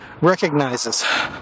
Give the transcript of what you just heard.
recognizes